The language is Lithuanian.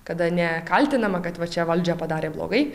kada ne kaltinama kad va čia valdžia padarė blogai